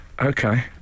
Okay